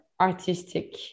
artistic